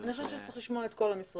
אני חושבת שצריך לשמוע את כל המשרדים.